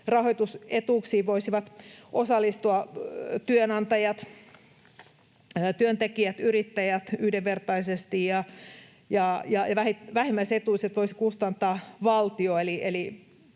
Rahoitusetuuksiin voisivat osallistua työnantajat, työntekijät, yrittäjät yhdenvertaisesti, ja vähimmäisetuisuudet voisi kustantaa valtio.